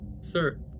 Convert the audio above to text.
Sir